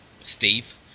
Steve